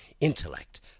intellect